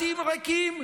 בתים ריקים,